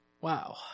Wow